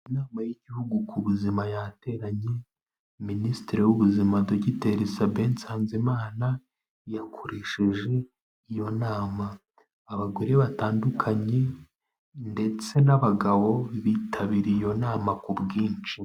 Inama y'Igihugu ku buzima yateranye, Minisitiri w'Ubuzima Dr. Sabin Nsanzimana yakoresheje iyo nama, abagore batandukanye ndetse n'abagabo bitabiriye iyo nama ku bwinshi.